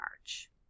march